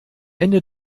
ende